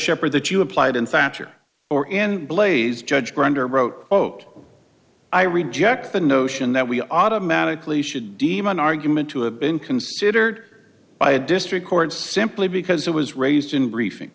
sheppard that you applied in factor or in blaise judge grindr wrote quote i reject the notion that we automatically should deem an argument to have been considered by a district court simply because it was raised in briefing